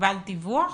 קיבלת דיווח?